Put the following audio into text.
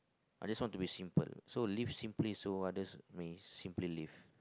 I just want to be simple so live simply so I just I mean simply live